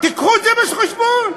תביאו את זה בחשבון,